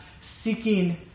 seeking